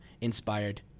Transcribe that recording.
Inspired